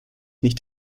nicht